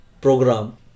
program